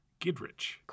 Gidrich